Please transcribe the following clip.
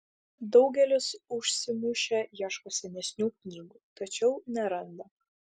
daugelis užsimušę ieško senesnių knygų tačiau neranda